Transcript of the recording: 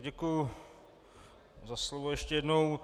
Děkuji za slovo ještě jednou.